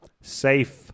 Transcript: Safe